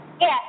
Yes